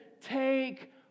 Take